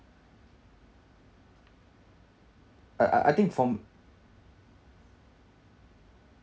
uh I I think from